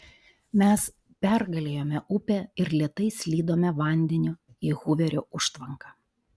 mes pergalėjome upę ir lėtai slydome vandeniu į huverio užtvanką